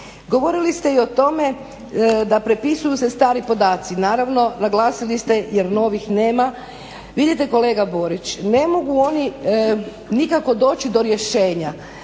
Govorili ste i o tome da prepisuju se stari podaci. Naravno, naglasili ste jer novih nema. Vidite kolega Borić, ne mogu oni nikako doći do rješenja